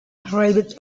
arrived